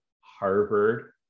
Harvard